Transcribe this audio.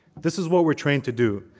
this is what we're trained to do,